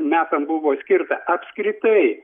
metam buvo skirta apskritai